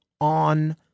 on